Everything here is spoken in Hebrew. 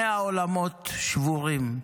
100 עולמות שבורים,